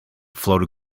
floated